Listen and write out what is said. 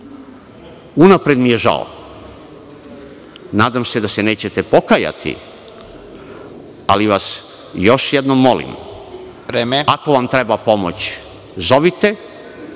mi je žao, nadam se da se nećete pokajati, ali vas još jednom molim, ako vam treba pomoć zovite,